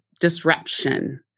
disruption